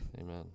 amen